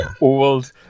old